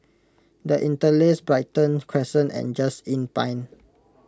the Interlace Brighton Crescent and Just Inn Pine